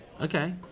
Okay